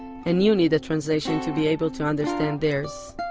and you need a translation to be able to understand theirs.